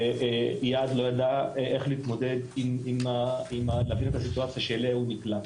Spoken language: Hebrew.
איאד לא ידע להבין את הסיטואציה שאליה הוא נקלע.